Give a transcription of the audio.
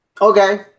Okay